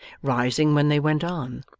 rising when they went on,